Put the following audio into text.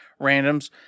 randoms